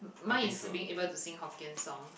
mine is being able to sing Hokkien songs